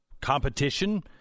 competition